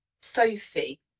Sophie